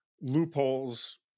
loopholes